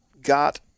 got